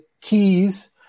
keys